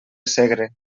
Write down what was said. segre